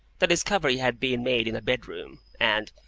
the discovery had been made in a bedroom, and,